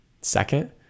Second